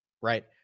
Right